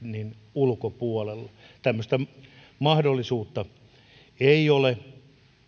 ulkopuolella tämmöistä mahdollisuutta ei ole